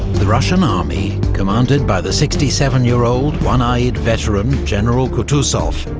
the russian army, commanded by the sixty seven year old, one-eyed veteran general kutuzov,